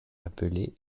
appelée